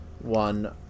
One